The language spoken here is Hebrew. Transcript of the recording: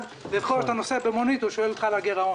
כל פעם שאתה נוסע במונית הנהג שואל אותך על הגירעון.